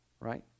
right